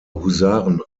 husaren